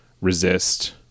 resist